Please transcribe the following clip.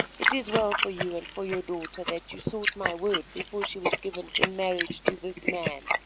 it is well for you and for your daughter that you sought my word before she was given in marriage to this man.